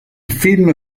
film